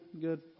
good